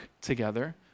together